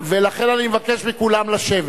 ולכן אני מבקש מכולם לשבת.